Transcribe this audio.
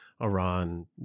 Iran